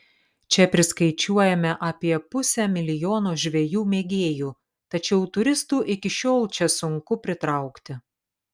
čia priskaičiuojame apie pusę milijono žvejų mėgėjų tačiau turistų iki šiol čia sunku pritraukti